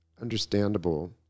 understandable